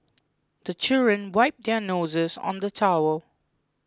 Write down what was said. the children wipe their noses on the towel